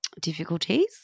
difficulties